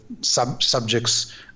subjects